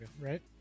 right